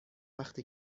وقتی